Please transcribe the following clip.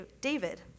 David